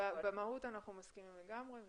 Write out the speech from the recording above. במהות אנחנו מסכימים לגמרי.